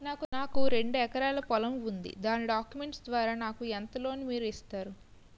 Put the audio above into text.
నాకు రెండు ఎకరాల పొలం ఉంది దాని డాక్యుమెంట్స్ ద్వారా నాకు ఎంత లోన్ మీరు ఇస్తారు?